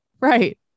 Right